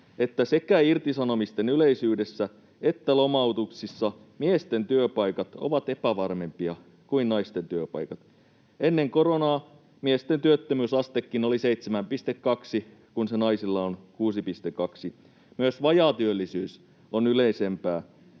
sekä irtisanomisten yleisyydessä että lomautuksissa miesten työpaikat ovat epävarmempia kuin naisten työpaikat. Ennen koronaa miesten työttömyysastekin oli 7,2, kun se naisilla on 6,2. Myös vajaatyöllisyys on yleisempää